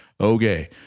Okay